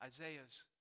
Isaiah's